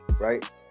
Right